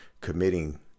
committing